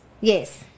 Yes